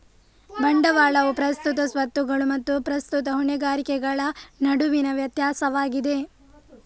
ಬಂಡವಾಳವು ಪ್ರಸ್ತುತ ಸ್ವತ್ತುಗಳು ಮತ್ತು ಪ್ರಸ್ತುತ ಹೊಣೆಗಾರಿಕೆಗಳ ನಡುವಿನ ವ್ಯತ್ಯಾಸವಾಗಿದೆ